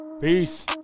peace